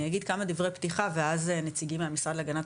אני אגיד כמה דברי פתיחה ואז נציגים מהמשרד להגנת